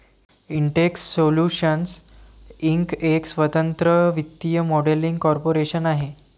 Intex solutions Inc एक स्वतंत्र वित्तीय मॉडेलिंग कॉर्पोरेशन आहे